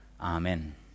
Amen